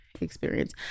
experience